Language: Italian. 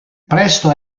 presto